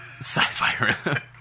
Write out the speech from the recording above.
sci-fi